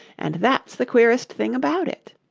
and that's the queerest thing about it